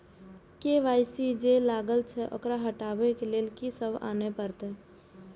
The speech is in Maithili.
के.वाई.सी जे लागल छै ओकरा हटाबै के लैल की सब आने परतै?